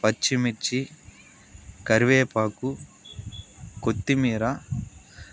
పచ్చిమిర్చి కరివేపాకు కొత్తిమీర